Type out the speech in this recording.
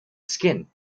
skin